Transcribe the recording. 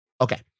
Okay